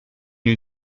new